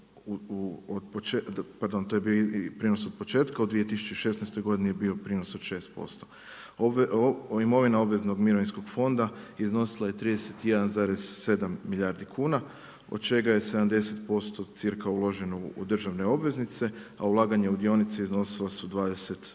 to je bio prijenos od početka, u 2016. godini je bio prinos od 6%. Imovina obveznom mirovinskog fonda iznosila je 31,7 milijardi kuna od čega je 70% circa uloženo u državne obveznice, a ulaganje u dionice iznosila su 20%